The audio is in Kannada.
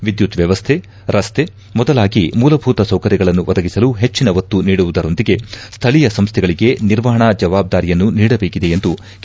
ವಿದ್ಯುತ್ ವ್ಯವಸ್ಥೆ ರಸ್ತೆ ಮೊದಲಾಗಿ ಮೂಲಭೂತ ಸೌಕರ್ಯಗಳನ್ನು ಒದಗಿಸಲು ಹೆಚ್ಚಿನ ಒತ್ತು ನೀಡುವುದರೊಂದಿಗೆ ಸ್ಥಳೀಯ ಸಂಸ್ಥೆಗಳಿಗೆ ನಿರ್ವಹಣಾ ಜವಾಬ್ದಾರಿಯನ್ನು ನೀಡಬೇಕಿದೆ ಎಂದು ಕೆ